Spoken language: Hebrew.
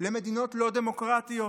למדינות לא דמוקרטיות,